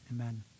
amen